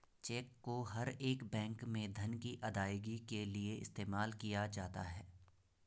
check को हर एक बैंक में धन की अदायगी के लिये इस्तेमाल किया जाता है